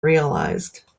realised